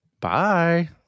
Bye